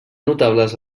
notables